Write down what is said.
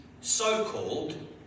so-called